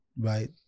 Right